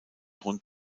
rund